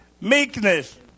meekness